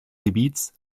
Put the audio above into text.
gebiets